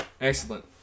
Excellent